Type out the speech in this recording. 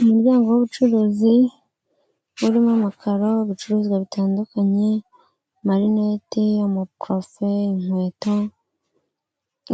Umuryango w'ubucuruzi urimo amakaro, ibicuruzwa bitandukanye: amarineti, amaparufe, inkweto,